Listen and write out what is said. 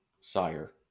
sire